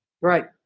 Right